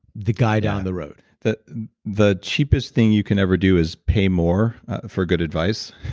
the guy down the road the the cheapest thing you can ever do is pay more for good advice,